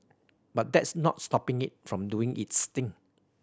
but that's not stopping it from doing its thing